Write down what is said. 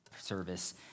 service